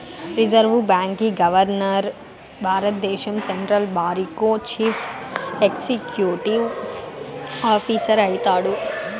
reserve బాంకీ governor భారద్దేశం central బారికో చీఫ్ ఎక్సిక్యూటివ్ ఆఫీసరు అయితాడు